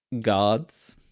Gods